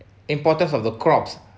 importance of the crops